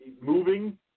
Moving